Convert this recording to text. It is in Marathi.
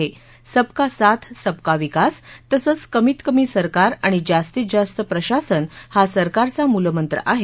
सबका साथ सबका विकास तसंच कमीतकमी सरकार आणि जास्तीत जास्त प्रशासन हा सरकारचा मूलमंत्र आहे